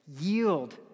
yield